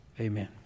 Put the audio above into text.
Amen